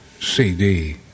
CD